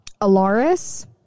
Alaris